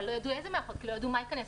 אבל לא ידעו איזה מערכות כי לא ידעו מה ייכנס,